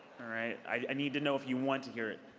all right. i need to know if you want to hear it.